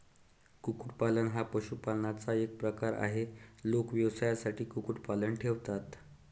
कुक्कुटपालन हा पशुपालनाचा एक प्रकार आहे, लोक व्यवसायासाठी कुक्कुटपालन ठेवतात